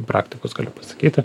praktikos galiu pasakyti